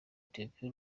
ethiopia